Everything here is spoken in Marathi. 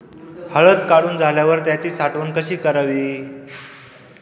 हळद काढून झाल्यावर त्याची साठवण कशी करावी?